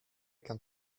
can